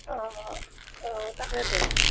অঁ অঁ অঁ তাকেতো